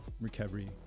recovery